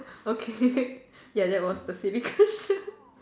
okay ya that was the silly question